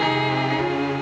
and